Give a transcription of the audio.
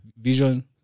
vision